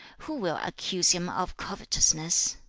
who will accuse him of covetousness?